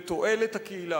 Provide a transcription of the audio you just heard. לתועלת הקהילה,